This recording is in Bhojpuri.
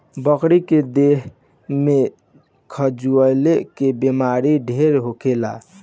बकरी के देह में खजुली के बेमारी ढेर होखेला